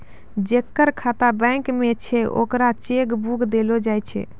जेकर खाता बैंक मे छै ओकरा चेक बुक देलो जाय छै